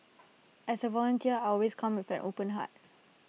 as A volunteer I always come with an open heart